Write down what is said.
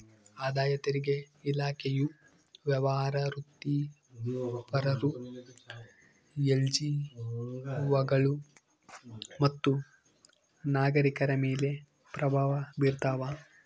ಆದಾಯ ತೆರಿಗೆ ಇಲಾಖೆಯು ವ್ಯವಹಾರ ವೃತ್ತಿಪರರು ಎನ್ಜಿಒಗಳು ಮತ್ತು ನಾಗರಿಕರ ಮೇಲೆ ಪ್ರಭಾವ ಬೀರ್ತಾವ